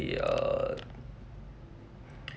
they are